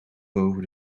boven